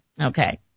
Okay